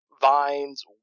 vines